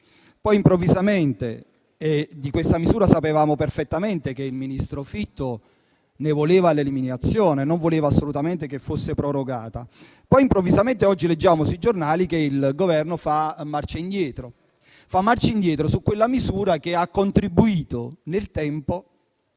era prevista al 30 luglio; sapevamo perfettamente che il ministro Fitto ne voleva l'eliminazione e non voleva assolutamente che fosse prorogata; poi improvvisamente oggi leggiamo sui giornali che il Governo fa marcia indietro su quella misura che ha contribuito nel tempo